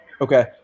Okay